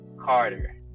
Carter